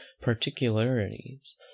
particularities